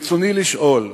ברצוני לשאול: